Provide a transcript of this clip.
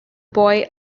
boy